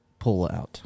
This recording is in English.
pullout